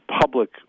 public